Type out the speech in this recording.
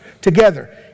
Together